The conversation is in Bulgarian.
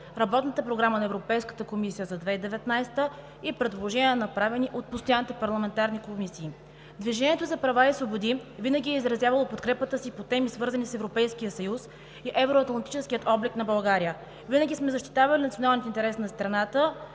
Работната програма на Европейската комисия за 2019 г. и предложения, направени от постоянните парламентарни комисии. „Движението за права и свободи“ винаги е изразявало подкрепата си по теми, свързани с Европейския съюз и евроатлантическия облик на България. Винаги сме защитавали националните интереси на страната